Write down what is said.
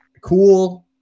cool